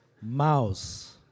mouse